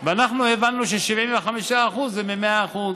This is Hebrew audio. ואנחנו הבנו ש-75% זה מ-100%.